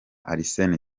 arsene